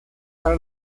para